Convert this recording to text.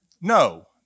No